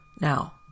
Now